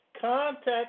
contact